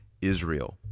Israel